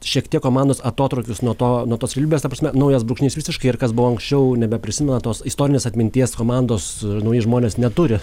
šiek tiek komandos atotrūkis nuo to nuo tos realybės ta prasme naujas brūkšnys visiškai ir kas buvo anksčiau nebeprisimena tos istorinės atminties komandos nauji žmonės neturi